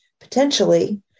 potentially